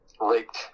raped